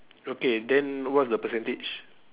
okay then what's the percentage